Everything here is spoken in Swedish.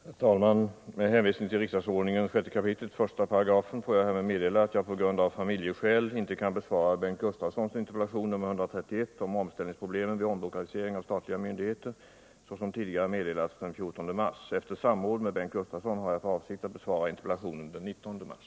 Herr talman! Med hänvisning till riksdagsordningens 6 kap. 1§ vill jag meddela att jag på grund av familjeskäl inte kan besvara Bengt Gustavssons interpellation 1979/80:131 om omställningsproblemen vid omlokalisering av statliga myndigheter den 14 mars såsom tidigare meddelats. Efter samråd med Bengt Gustavsson får jag meddela att jag har för avsikt att besvara interpellationen den 19 mars.